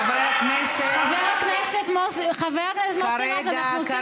חבר הכנסת מוסי רז, אנחנו עושים את זה כל הזמן.